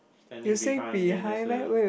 standing behind then there's a